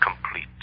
complete